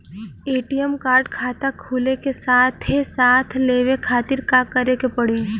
ATM card खाता खुले के साथे साथ लेवे खातिर का करे के पड़ी?